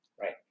Right